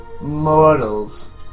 mortals